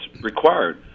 required